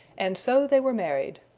and so they were married.